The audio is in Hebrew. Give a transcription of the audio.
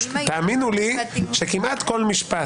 תאמינו לי שכמעט כל משפט